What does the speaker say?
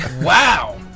Wow